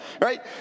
Right